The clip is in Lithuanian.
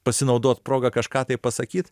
pasinaudot proga kažką taip pasakyt